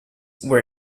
were